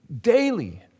daily